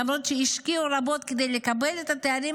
למרות שהשקיעו רבות כדי לקבל את התארים